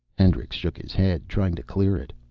hendricks shook his head, trying to clear it.